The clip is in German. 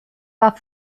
war